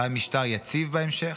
אולי משטר יציב בהמשך,